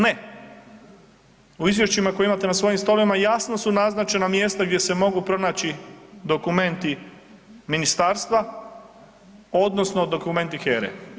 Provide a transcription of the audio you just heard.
Ne, u izvješćima koje imate na svojim stolovima jasno su naznačena mjesta gdje se mogu pronaći dokumenti ministarstva odnosno dokumenti HERA-e.